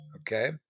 Okay